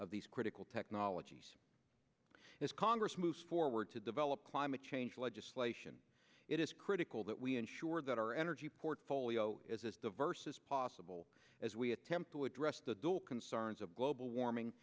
of these critical technologies as congress moves forward to develop climate change legislation it is critical that we ensure that our energy portfolio is as diverse as possible as we attempt to address the dual concerns of global warming